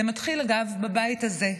זה מתחיל, אגב, בבית הזה.